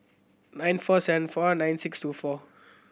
nine four seven four nine six two four